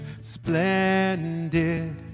splendid